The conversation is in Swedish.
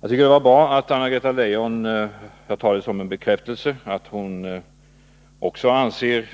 Det var bra att Anna-Greta Leijon sade — jag tar det som en bekräftelse — att hon också anser